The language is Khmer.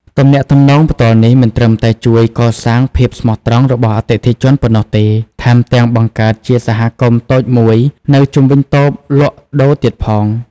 ទំនាក់ទំនងផ្ទាល់នេះមិនត្រឹមតែជួយកសាងភាពស្មោះត្រង់របស់អតិថិជនប៉ុណ្ណោះទេ ថែមទាំងបង្កើតជាសហគមន៍តូចមួយនៅជុំវិញតូបលក់ដូរទៀតផង។